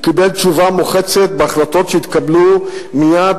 הוא קיבל תשובה מוחצת בהחלטות שהתקבלו מייד